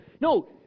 No